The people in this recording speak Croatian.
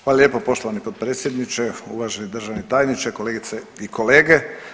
Hvala lijepa poštovani potpredsjedniče, uvaženi državni tajniče, kolegice i kolege.